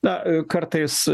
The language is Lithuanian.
na kartais